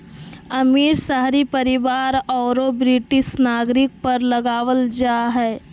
अमीर, शाही परिवार औरो ब्रिटिश नागरिक पर लगाबल जा हइ